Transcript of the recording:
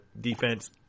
defense